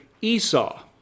Esau